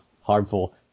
harmful